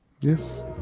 Yes